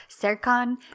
Serkan